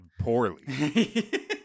poorly